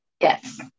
Yes